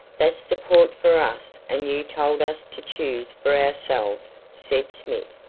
that's the port for us and you told us to choose for ourselves, said smith.